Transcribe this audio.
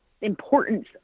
importance